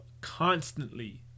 constantly